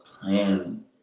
playing